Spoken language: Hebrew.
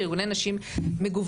וארגוני נשים מגוונות.